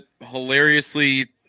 hilariously